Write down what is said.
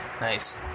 Nice